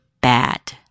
bad